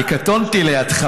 אני קטונתי לידך,